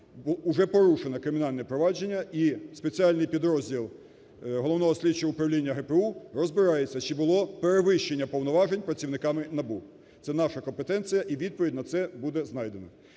уже порушене кримінальне провадження і спеціальний підрозділ Головного слідчого управління ГПУ розбирається чи було перевищення повноважень працівниками НАБУ. Це наша компетенція і відповідь на це буде знайдено.